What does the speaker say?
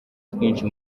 twinshi